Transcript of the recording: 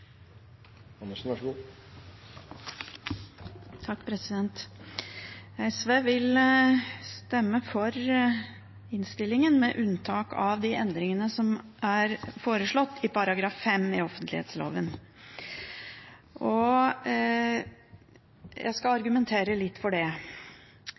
SV vil stemme for innstillingen, med unntak av de endringene som er foreslått i § 5 i offentlighetsloven. Jeg skal